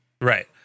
Right